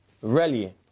Rally